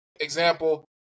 example